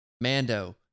Mando